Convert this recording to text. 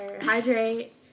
Hydrate